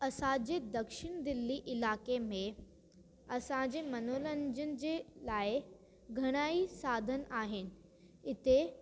असांजे दक्षिण दिल्ली इलाइक़े में असांजे मनोरंजन जे लाइ घणाई साधन आहिनि हिते